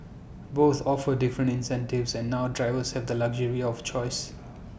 both offer different incentives and now drivers have the luxury of choice